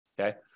okay